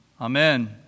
Amen